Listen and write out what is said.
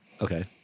Okay